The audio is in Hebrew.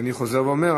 ואני חוזר ואומר,